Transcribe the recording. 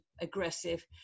aggressive